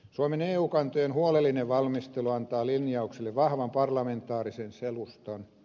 suomen eu kantojen huolellinen valmistelu antaa linjauksille vahvan parlamentaarisen selustan